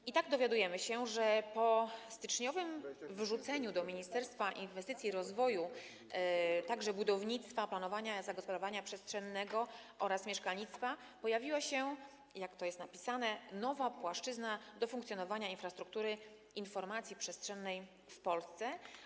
I tak dowiadujemy się, że po styczniowym wrzuceniu do Ministerstwa Inwestycji i Rozwoju także budownictwa, planowania i zagospodarowania przestrzennego oraz mieszkalnictwa pojawiła się, jak napisano, nowa płaszczyzna do funkcjonowania infrastruktury informacji przestrzennej w Polsce.